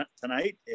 tonight